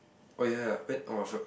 oh ya ya wait oh my foot